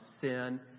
sin